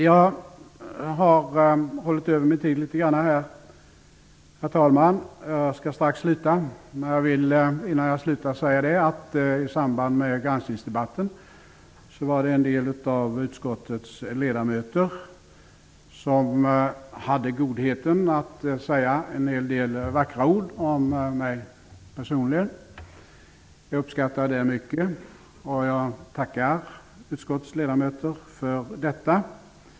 Jag har dragit över min tid litet grand, herr talman, men jag skall strax sluta. I samband med granskningsdebatten var det en del av utskottets ledamöter som hade godheten att säga en hel del vackra ord om mig personligen. Jag uppskattade dem mycket, och jag tackar utskottets ledamöter för detta.